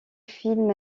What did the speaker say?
film